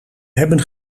hebben